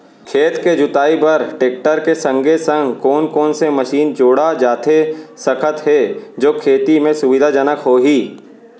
खेत के जुताई बर टेकटर के संगे संग कोन कोन से मशीन जोड़ा जाथे सकत हे जो खेती म सुविधाजनक होही?